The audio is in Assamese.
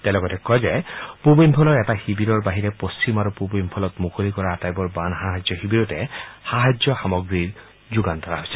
তেওঁ লগতে কয় যে পূব ইম্ফলৰ এটা শিৱিৰৰ বাহিৰে পশ্চিম আৰু পূব ইম্ফলত মুকলি কৰা আটাইবোৰ বান সাহায্য শিৱিৰতে সাহায্য সামগ্ৰীৰ যোগান ধৰা হৈছে